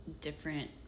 different